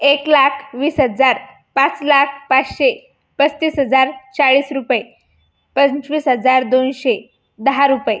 एक लाख वीस हजार पाच लाख पाचशे पस्तीस हजार चाळीस रुपये पंचवीस हजार दोनशे दहा रुपये